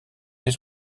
les